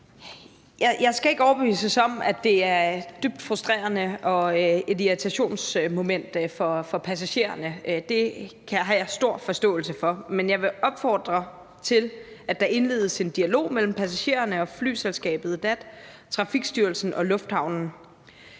Jeg skal ikke overbevises om, at det er dybt frustrerende og et irritationsmoment for passagererne. Det har jeg stor forståelse for. Men jeg vil opfordre til, at der indledes en dialog mellem passagererne og flyselskabet DAT og Trafikstyrelsen og lufthavnen,